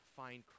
find